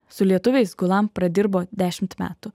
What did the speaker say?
su lietuviais gulam pradirbo dešimt metų